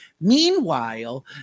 Meanwhile